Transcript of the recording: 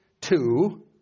two